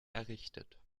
errichtet